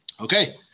Okay